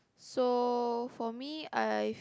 so for me I